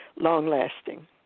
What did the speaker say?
long-lasting